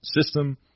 system